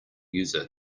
user